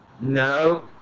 No